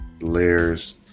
layers